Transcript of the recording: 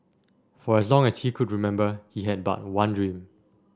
for as long as he could remember he had but one dream